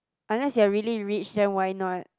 unless you're really rich then why not